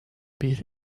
beat